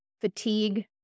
fatigue